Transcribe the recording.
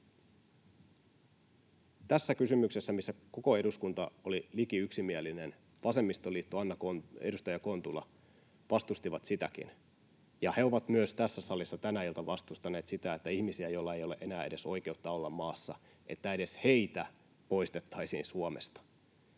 tässä kysymyksessä, missä koko eduskunta oli liki yksimielinen — vasemmistoliitto ja edustaja Kontula vastustivat. Ja he ovat myös tässä salissa tänä iltana vastustaneet sitä, että edes niitä ihmisiä, joilla ei ole enää edes oikeutta olla maassa, poistettaisiin Suomesta.